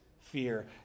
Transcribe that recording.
fear